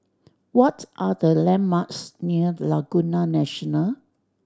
what are the landmarks near Laguna National